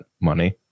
money